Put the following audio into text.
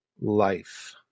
life